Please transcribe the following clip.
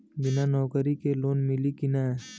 बिना नौकरी के लोन मिली कि ना?